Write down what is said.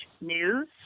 news